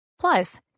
Plus